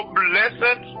blessed